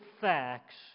facts